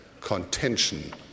contention